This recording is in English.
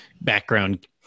background